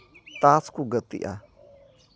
ᱛᱟᱥ ᱠᱚ ᱜᱟᱛᱮᱜᱼᱟ